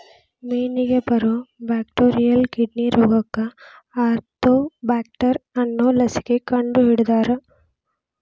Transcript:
ಮೇನಿಗೆ ಬರು bacterial kidney ರೋಗಕ್ಕ ಆರ್ತೋಬ್ಯಾಕ್ಟರ್ ಅನ್ನು ಲಸಿಕೆ ಕಂಡಹಿಡದಾರ